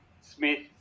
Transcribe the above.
Smith